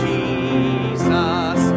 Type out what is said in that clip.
Jesus